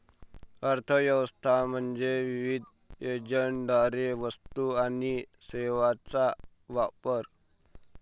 अर्थ व्यवस्था म्हणजे विविध एजंटद्वारे वस्तू आणि सेवांचा वापर